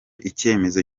icyemezo